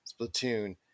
Splatoon